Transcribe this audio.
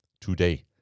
today